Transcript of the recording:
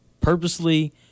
purposely